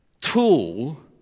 tool